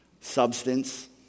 substance